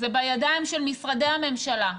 זה בידיים של משרדי הממשלה.